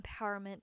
empowerment